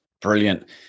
brilliant